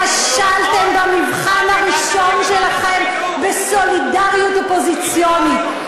כשלתם במבחן הראשון שלכם בסולידריות אופוזיציונית.